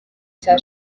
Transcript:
cya